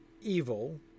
evil